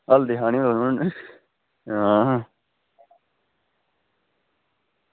हल्दी खानी होऐ नुहाड़े कन्नै हां